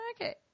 okay